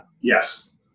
yes